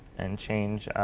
and change